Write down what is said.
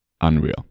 unreal